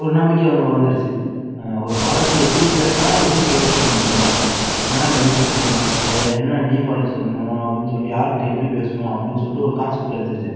ஒரு நம்பிக்கை வந்துருச்சு ஒரு ப்ராடக்ட்டு எப்படி பேசுனா எப்படி சேல் பண்ண முடியும் என்னான்னா பெனிஃபிட்டு சொல்லுணும் எ என்ன டீஃபால்ட்டை சொல்லணும் அப்படின்னு சொல்லிட்டு யாருக்கிட்ட எப்படி பேசணும் அப்படின்னு சொல்லிட்டு ஒரு கான்செப்ட்டு கிடச்சிருச்சி